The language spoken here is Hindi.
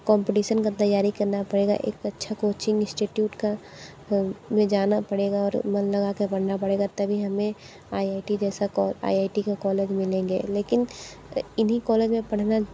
कॉम्पटीसन का तैयारी करना पड़ेगा एक अच्छा कोचिंग इंष्टिट्यूट का में जाना पड़ेगा और मन लगा के पढ़ना पड़ेगा तभी हमें आई आई टी जैसे कोई आई आई टी के कॉलेज मिलेंगे लेकिन इन्हीं कॉलेज में पढ़ना